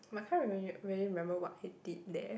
I can't real~ really remember what he did there